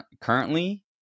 currently